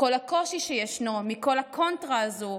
מכל הקושי שישנו, מכל הקונטרה הזו,